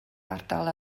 ardal